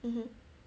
mmhmm